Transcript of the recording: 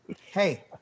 Hey